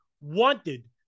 wanted